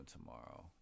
tomorrow